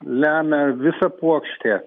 lemia visa puokštė